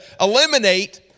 eliminate